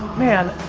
man,